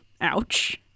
ouch